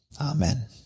Amen